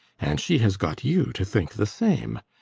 and she has got you to think the same!